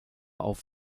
auf